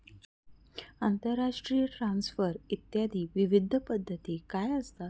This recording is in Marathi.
आंतरराष्ट्रीय ट्रान्सफर इत्यादी विविध पद्धती काय असतात?